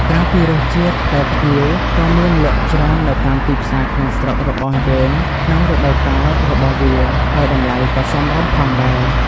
ក្រៅពីរសជាតិ ផ្លែផ្ញៀវក៏មានលក់ច្រើននៅតាមទីផ្សារក្នុងស្រុករបស់យើងក្នុងរដូវកាលរបស់វា ហើយតម្លៃក៏សមរម្យផងដែរ។